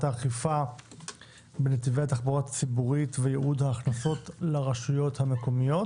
האכיפה בנתיבי התחבורה הציבורית וייעוד ההכנסות לרשויות המקומיות.